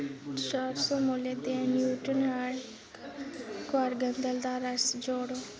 चार सौ मुल्लै दे न्यूट्रिआर्ग कुआरगंदल दा रस जोड़ो